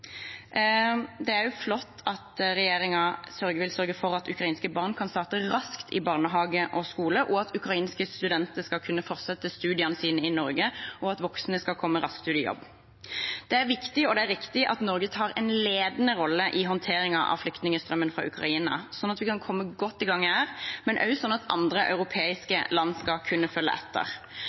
Det er også flott at regjeringen vil sørge for at ukrainske barn kan starte raskt i barnehage og skole, at ukrainske studenter skal kunne fortsette studiene sine i Norge, og at voksne skal komme raskt ut i jobb. Det er viktig og riktig at Norge tar en ledende rolle i håndteringen av flyktningstrømmen fra Ukraina, sånn at vi kan komme godt i gang her, men også sånn at andre europeiske land skal kunne følge etter.